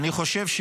אני חושב,